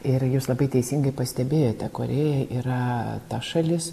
ir jūs labai teisingai pastebėjote korėja yra ta šalis